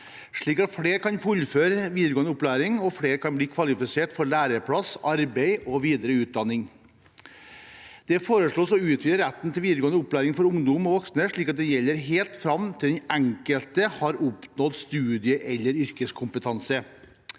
slik at flere kan fullføre videregående opplæring og flere kan bli kvalifisert for læreplass, arbeid og videre utdanning. Det foreslås å utvide retten til videregående opplæring for ungdom og voksne slik at den gjelder helt fram til den enkelte har oppnådd studie- eller yrkeskompetanse.